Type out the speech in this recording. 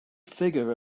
figure